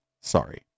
sorry